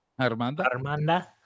Armanda